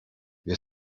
wir